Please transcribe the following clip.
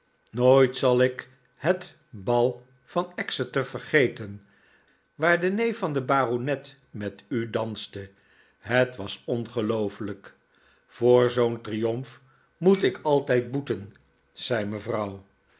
nooit zal ik het bal in exeter vergeten waarop de neef van den baronet met u danste het was ongeloofelijk voor zpo'n triomf moet ik altijd boeten zei mevrouw